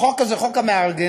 החוק הזה, חוק המארגנים,